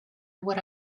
would